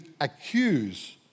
accuse